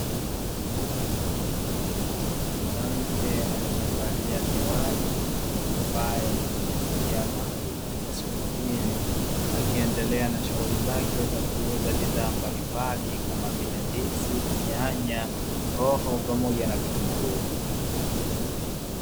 Mwanamke aliyevalia miwani ambaye ni mjasiriamali katika soko hili akiendelea na shughuli zake za kuuza bidhaa mbalimbali kama vile: ndizi, nyanya, hoho pamoja na vitunguu.